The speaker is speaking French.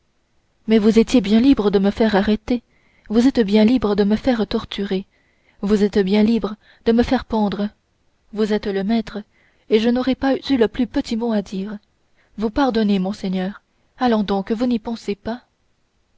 mais vous étiez bien libre de me faire arrêter vous êtes bien libre de me faire torturer vous êtes bien libre de me faire pendre vous êtes le maître et je n'aurais pas eu le plus petit mot à dire vous pardonner monseigneur allons donc vous n'y pensez pas